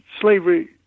slavery